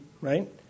right